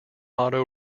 auto